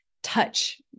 touch